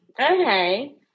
okay